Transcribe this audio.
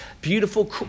beautiful